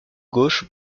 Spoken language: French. gauche